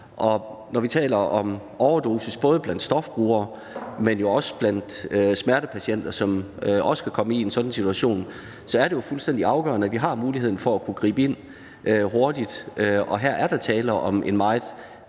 Når vi taler om overdosis både blandt stofbrugere, men jo også blandt smertepatienter, som også kan komme i en sådan situation, så er det fuldstændig afgørende, at vi har muligheden for at kunne gribe ind hurtigt, og her er der tale om en meget